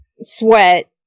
sweat